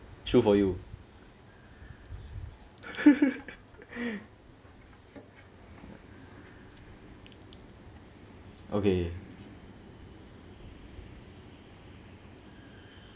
true for you okay